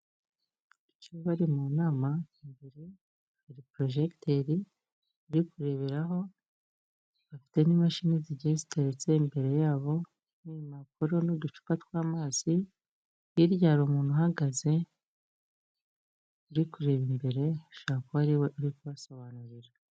Icyo bari mu nama imbere hari porojegiteri bari kureberaho bafite n'imashini zigiye ziteretse imbere yabo n'impapuro n'uducupa tw'amazi hirya hari umuntu uhagaze uri kureba imbere ashobora kuba ari we uri kubasobanurira.